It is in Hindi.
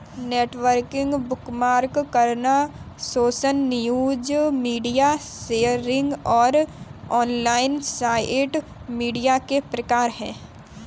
नेटवर्किंग, बुकमार्क करना, सोशल न्यूज, मीडिया शेयरिंग और ऑनलाइन साइट मीडिया के प्रकार हैं